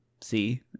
See